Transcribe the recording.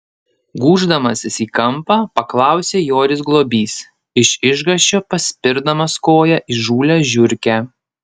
gūždamasis į kampą paklausė joris globys iš išgąsčio paspirdamas koja įžūlią žiurkę